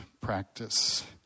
practice